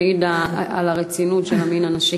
מה שמעיד על הרצינות של המין הנשי.